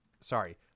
sorry